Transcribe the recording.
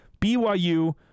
BYU